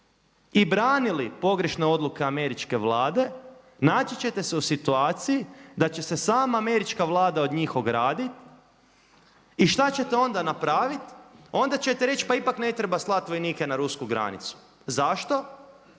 i branili pogrešne odluke američke vlade, naći ćete se u situaciji da će se sama američka vlada od njih ograditi. I šta ćete onda napraviti? Onda ćete reći pa ipak ne treba slati vojnike na rusku granicu. Zašto?